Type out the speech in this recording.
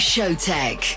Showtech